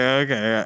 okay